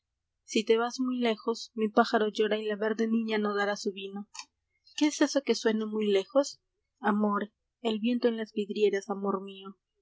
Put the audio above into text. si te vas muy lejos mi pájaro llora y la verde viña no dará su vino qué es eso que suena muy lejos amor el viento en las vidrieras amor mío